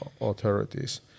authorities